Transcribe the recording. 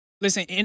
Listen